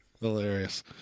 Hilarious